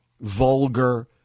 vulgar